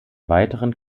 weiteren